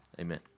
Amen